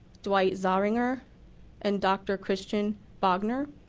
dwight zoringer and dr. christian bogner.